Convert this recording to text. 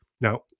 Now